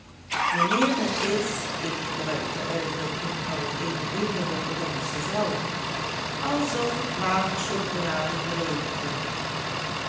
wanneer het is ik gebruik de uitdrukking van eene lieve rotterdamsche zelve alsof het waterchocolade geregend heeft